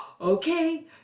okay